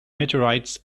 meteorites